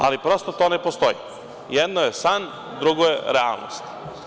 Ali, prosto, to ne postoji, jedno je san, drugo je realnost.